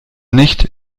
nicht